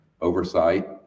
oversight